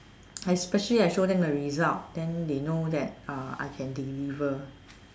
I especially I show them the result then they know that uh I can deliver